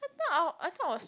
that time I I thought I was